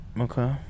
Okay